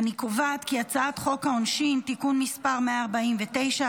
אני קובעת כי הצעת חוק העונשין (תיקון מס' 149),